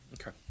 Okay